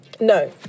No